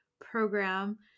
program